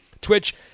Twitch